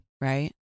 right